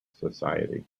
society